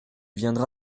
viendra